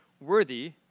worthy